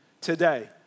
today